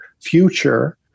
future